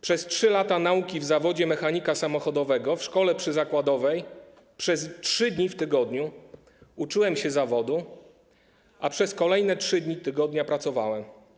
Przez 3 lata nauki w zawodzie mechanika samochodowego w szkole przyzakładowej przez 3 dni w tygodniu uczyłem się zawodu, a przez kolejne 3 dni tygodnia pracowałem.